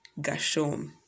Gashom